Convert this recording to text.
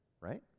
right